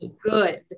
good